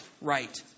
right